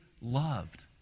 loved